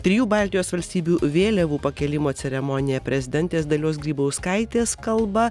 trijų baltijos valstybių vėliavų pakėlimo ceremonija prezidentės dalios grybauskaitės kalba